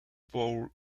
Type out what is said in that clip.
bowling